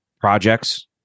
projects